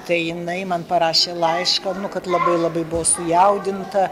tai jinai man parašė laišką kad labai labai buvo sujaudinta